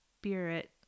spirit